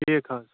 ٹھیٖک حظ